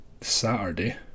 Saturday